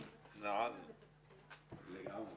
הישיבה ננעלה בשעה 11:01.